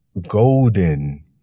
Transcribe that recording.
golden